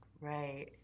Right